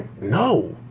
no